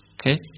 Okay